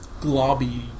globby